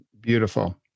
Beautiful